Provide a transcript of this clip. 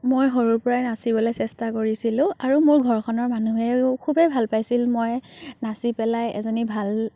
মই সৰুৰ পৰাই নাচিবলৈ চেষ্টা কৰিছিলোঁ আৰু মোৰ ঘৰখনৰ মানুহেও খুবেই ভাল পাইছিল মই নাচি পেলাই এজনী ভাল ভাল